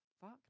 fuck